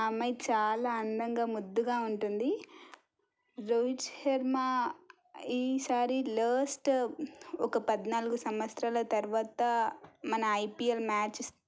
ఆ అమ్మాయి చాలా అందంగా ముద్దుగా ఉంటుంది రోహిత్ శర్మ ఈసారి లోఎస్ట్ ఒక పద్నాలుగు సంవత్సరాల తరువాత మన ఐపీఎల్ మ్యాచ్